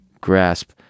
grasp